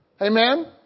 Amen